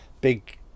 Big